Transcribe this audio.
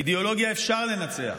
אידיאולוגיה אפשר לנצח.